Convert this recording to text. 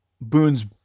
Boone's